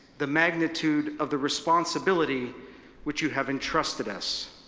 the magnitude of the responsibility which you have entrusted us.